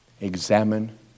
Examine